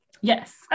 yes